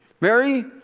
Mary